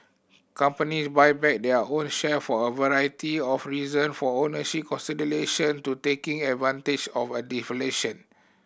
companies buy back their own share for a variety of reason for ownership consolidation to taking advantage of undervaluation